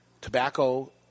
Tobacco